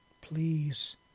Please